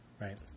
Right